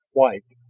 white,